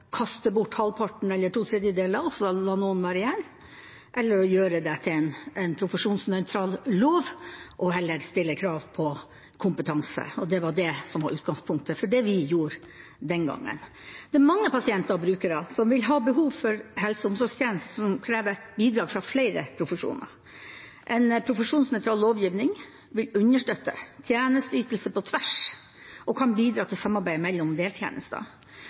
kaste bort halvparten eller to tredjedeler, og så la noen være igjen, eller å gjøre det til en profesjonsnøytral lov og heller stille krav til kompetanse. Det var det som var utgangspunktet for det vi gjorde den gangen. Mange pasienter og brukere vil ha behov for helse- og omsorgstjenester som krever bidrag fra flere profesjoner. En profesjonsnøytral lovgivning vil understøtte tjenesteytelse på tvers og kan bidra til samarbeid mellom deltjenester.